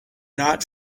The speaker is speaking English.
not